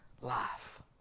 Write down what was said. life